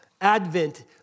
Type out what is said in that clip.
Advent